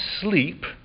sleep